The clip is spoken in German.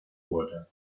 wurde